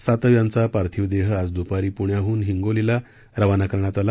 सातव यांचा पार्थिव देह आज द्पारी प्ण्याहन हिंगोलीकडे रवाना करण्यात आला